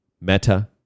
Meta